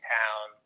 town